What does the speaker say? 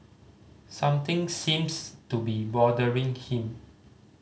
something seems to be bothering him